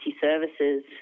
services